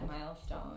milestone